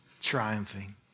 triumphing